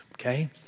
okay